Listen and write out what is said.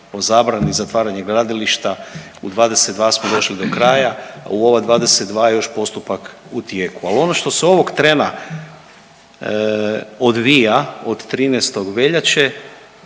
o zabrani i zatvaranje gradilišta. U 22 smo došli do kraja. U ova 22 još postupak u tijeku. Ali ono što se ovog trena odvija od 13. veljače,